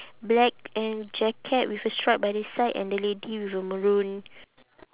black and jacket with a stripe by the side and the lady with the maroon